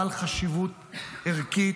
בעל חשיבות ערכית.